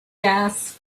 gas